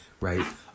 right